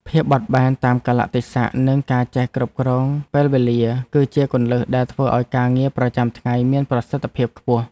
ភាពបត់បែនតាមកាលៈទេសៈនិងការចេះគ្រប់គ្រងពេលវេលា គឺជាគន្លឹះដែលធ្វើឱ្យការងារប្រចាំថ្ងៃមានប្រសិទ្ធភាពខ្ពស់។